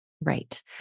Right